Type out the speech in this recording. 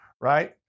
right